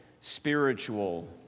spiritual